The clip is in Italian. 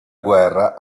guerra